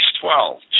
twelve